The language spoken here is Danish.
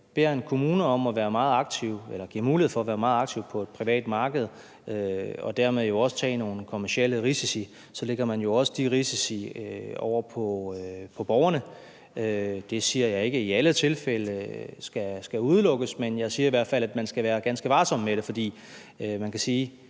beder en kommune om at være meget aktiv eller giver den mulighed for at være meget aktiv på et privat marked og dermed jo også tage nogle kommercielle risici, så lægger man jo også de risici over på borgerne. Det siger jeg ikke skal udelukkes i alle tilfælde, men jeg siger i hvert fald, at man skal være ganske varsom med det. For som spørgeren